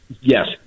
Yes